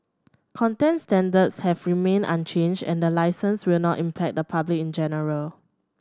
content standards have remained unchanged and the licence will not impact the public in general